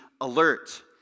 alert